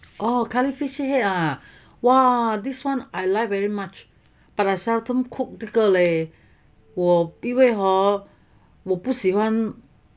oh curry fish head ah !wah! this [one] I like very much but I seldom cook 这个嘞以为 hor 我不喜欢